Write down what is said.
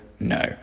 No